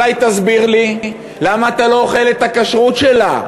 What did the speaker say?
אולי תסביר לי למה אתה לא אוכל את הכשרות שלה,